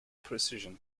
precision